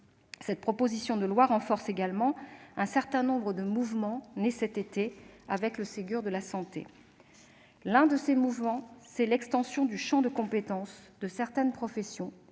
Cette proposition de loi renforce également un certain nombre de mouvements nés cet été avec le Ségur de la santé. L'un de ces mouvements est l'extension du champ de compétences de certaines professions.